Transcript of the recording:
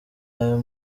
ayo